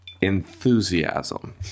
enthusiasm